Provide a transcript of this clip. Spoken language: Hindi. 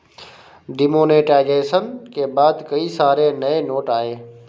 डिमोनेटाइजेशन के बाद कई सारे नए नोट आये